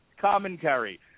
commentary